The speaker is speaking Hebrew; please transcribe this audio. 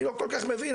אני לא כל כך מבין,